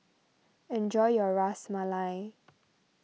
enjoy your Ras Malai